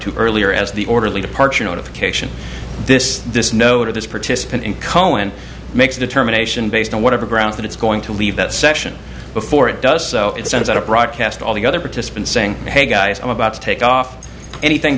to earlier as the orderly departure notification this this note of this participant in cohen makes a determination based on whatever grounds that it's going to leave that session before it does so it sends out a broadcast all the other participants saying hey guys i'm about to take off anything